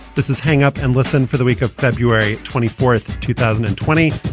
this is hang up and listen for the week of february twenty fourth, two thousand and twenty.